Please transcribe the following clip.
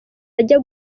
ajya